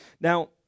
Now